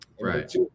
Right